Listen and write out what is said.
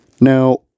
Now